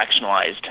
fractionalized